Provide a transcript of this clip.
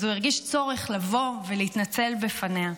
אז הוא הרגיש צורך לבוא ולהתנצל בפניה.